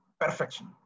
perfection